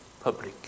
public